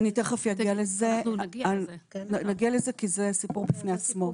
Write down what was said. זה סיפור בפני עצמו,